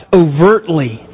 overtly